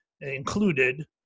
included